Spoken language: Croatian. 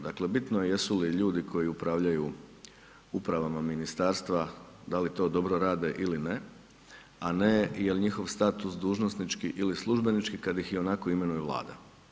Dakle bitno je jesu li ljudi koji upravljaju uprava ministarstva da li to dobro rade ili ne a ne jel' njihov status dužnosnički ili službenički kad ih ionako imenuje Vlada.